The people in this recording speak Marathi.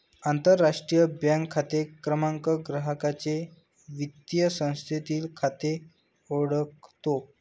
आंतरराष्ट्रीय बँक खाते क्रमांक ग्राहकाचे वित्तीय संस्थेतील खाते ओळखतो